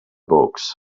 box